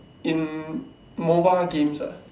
in mobile games ah